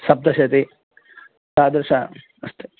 सप्तशति तादृशम् अस्ति